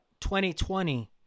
2020